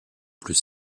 plus